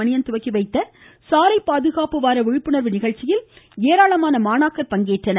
மணியன் துவக்கி வைத்த சாலைபாதுகாப்பு வார விழிப்புணர்வு நிகழ்ச்சியில் ஏராளமான மாணாக்கர் பங்கேற்றனர்